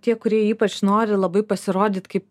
tie kurie ypač nori labai pasirodyt kaip